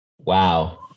Wow